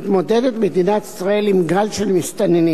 מתמודדת מדינת ישראל עם גל של מסתננים,